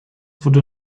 wurde